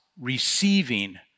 receiving